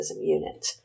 unit